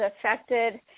affected